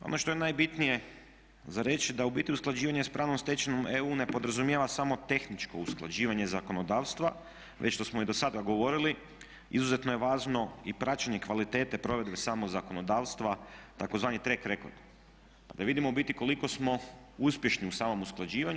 Ono što je najbitnije za reći da u biti usklađivanje s pravnom stečevinom EU ne podrazumijeva samo tehničko usklađivanje zakonodavstva već što smo i dosada govorili izuzetno je važno i praćenje kvalitete provedbe samog zakonodavstva tzv. track-record pa da vidimo u biti koliko smo uspješni u samom usklađivanju.